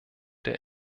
der